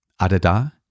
Adada